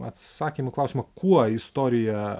atsakymo į klausimą kuo istorija